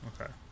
okay